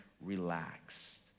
Relaxed